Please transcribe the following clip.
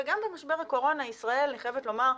גם במשבר הקורונה, ישראל, אני חייבת לומר,